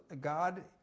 God